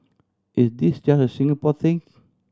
is this just a Singapore thing